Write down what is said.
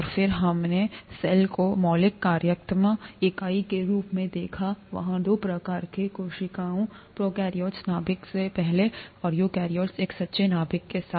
और फिर हमने सेल को मौलिक कार्यात्मक इकाई के रूप में देखा और वहाँ दो प्रकार के कोशिकाओं प्रोकैरियोट्स नाभिक से पहले और यूकेरियोट्स एक सच्चे नाभिक के साथ